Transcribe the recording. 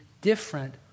different